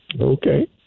Okay